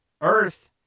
Earth